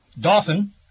Dawson